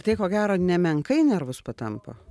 tai ko gero nemenkai nervus patampo